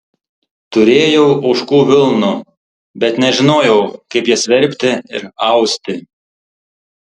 turėjau ožkų vilnų bet nežinojau kaip jas verpti ir austi